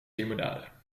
limonade